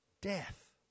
death